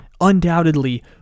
undoubtedly